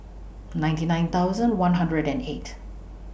ninety nine thousand one hundred and eight